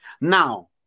Now